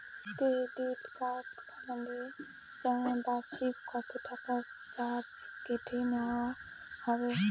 Credit card বানালে বার্ষিক কত টাকা চার্জ কেটে নেওয়া হবে?